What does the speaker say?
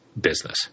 business